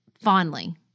fondly